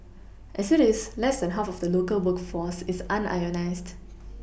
as it is less than half of the local workforce is unionised